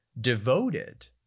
devoted